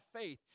faith